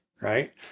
right